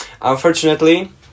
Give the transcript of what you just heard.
Unfortunately